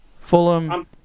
Fulham